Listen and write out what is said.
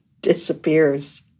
disappears